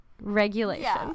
regulation